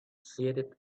seated